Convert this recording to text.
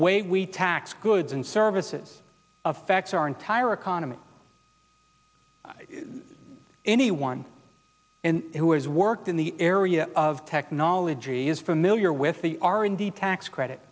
way we tax goods and services of facts our entire economy anyone who has worked in the area of technology is familiar with the r and d tax credit